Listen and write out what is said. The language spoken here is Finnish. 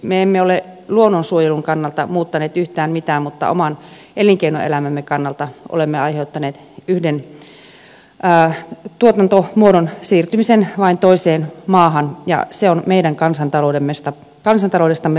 me emme ole luonnonsuojelun kannalta muuttaneet yhtään mitään mutta oman elinkeinoelämämme kannalta olemme aiheuttaneet yhden tuotantomuodon siirtymisen vain toiseen maahan ja se on meidän kansantaloudestamme pois